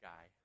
Guy